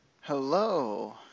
Hello